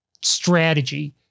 strategy